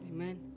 Amen